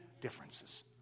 differences